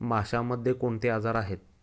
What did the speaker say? माशांमध्ये कोणते आजार आहेत?